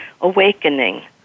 Awakening